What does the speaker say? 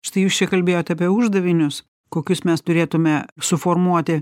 štai jūs čia kalbėjot apie uždavinius kokius mes turėtume suformuoti